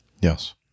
Yes